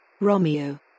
romeo